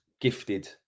gifted